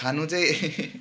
खानु चाहिँ